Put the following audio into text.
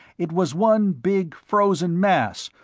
it was one big frozen mass,